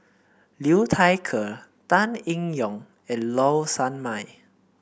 Liu Thai Ker Tan Eng Yoon and Low Sanmay